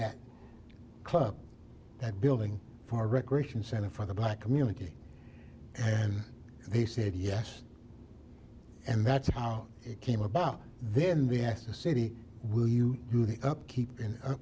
that club that building for recreation center for the black community and he said yes and that's how it came about then be asked the city will you do the up keep